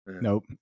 Nope